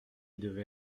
devait